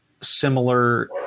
similar